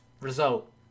result